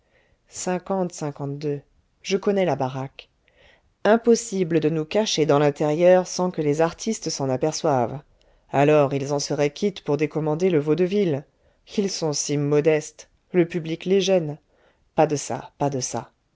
je connais la baraque impossible de nous cacher dans l'intérieur sans que les artistes s'en aperçoivent alors ils en seraient quittes pour décommander le vaudeville ils sont si modestes le public les gêne pas de ça pas de ça